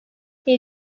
her